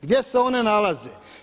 Gdje se one nalaze?